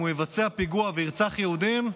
אם הוא יבצע פיגוע וירצח יהודים,